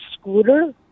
scooter